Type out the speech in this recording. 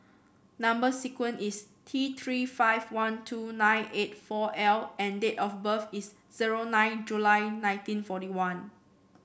number sequence is T Three five one two nine eight four L and date of birth is zero nine July nineteen forty one